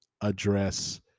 address